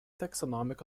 taxonomic